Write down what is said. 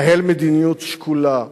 נהל מדיניות שקולה.